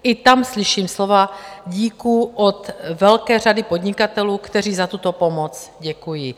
I tam slyším slova díků od velké řady podnikatelů, kteří za tuto pomoc děkují.